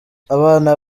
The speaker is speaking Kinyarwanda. abana